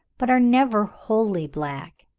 but are never wholly black.